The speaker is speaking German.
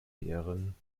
beeren